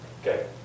Okay